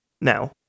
now